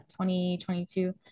2022